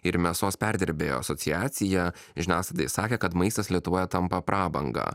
ir mėsos perdirbėjų asociacija žiniasklaidai sakė kad maistas lietuvoje tampa prabanga